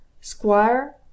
Squire